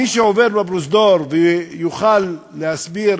מי שעובר בפרוזדור ויוכל להסביר,